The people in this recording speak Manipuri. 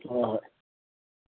ꯍꯣꯏ ꯍꯣꯏ